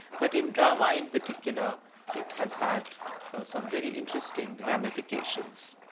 but in drama in particular it has had some very interesting ramifications.